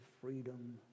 freedom